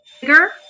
bigger